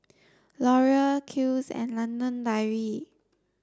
Laurier Kiehl's and London Dairy